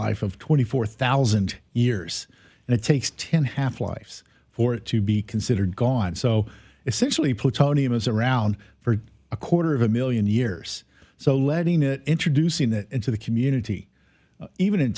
life of twenty four thousand years and it takes ten half lives for it to be considered gone so essentially put tony in as around for a quarter of a million years so letting it introducing that into the community even in